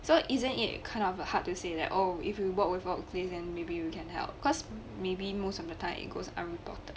so isn't it kind of hard to say like oh if you work without thing then maybe you can help cause maybe most of the time it goes unreported